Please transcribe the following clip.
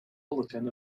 bulletin